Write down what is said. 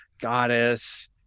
goddess